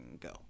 go